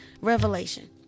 Revelation